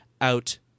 out